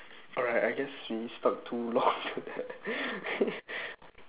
alright I guess we stuck too long to that